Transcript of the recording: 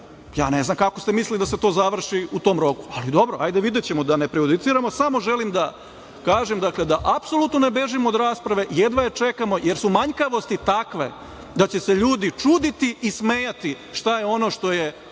ja ne znam kako ste mislili da se to završi u tom roku, ali dobro, ajde videćemo, da ne prejudiciramo. Samo želim da kažem da apsolutno ne bežimo od rasprave, jedva je čekamo, jer su manjkavost takve da će se ljudi čuditi i smejati šta je ono što je